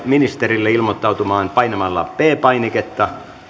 ministerille ilmoittautumaan painamalla p painiketta